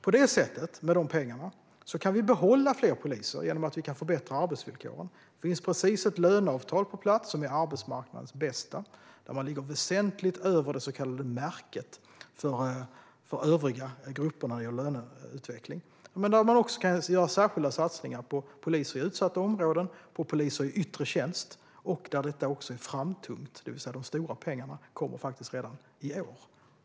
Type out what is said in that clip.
På detta sätt, med dessa pengar, kan vi behålla fler poliser genom att vi kan förbättra arbetsvillkoren. Det har precis kommit på plats ett löneavtal som är arbetsmarknadens bästa och där man ligger väsentligt över det så kallade märket för övriga grupper när det gäller löneutveckling. Man kan också göra särskilda satsningar på poliser i utsatta områden och på poliser i yttre tjänst. Detta är framtungt, det vill säga de stora pengarna kommer redan i år.